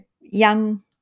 young